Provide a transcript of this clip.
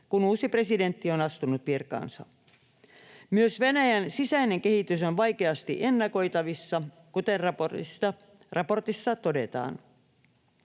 kun uusi presidentti on astunut virkaansa. Myös Venäjän sisäinen kehitys on vaikeasti ennakoitavissa, kuten raportissa todetaan.